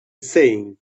saying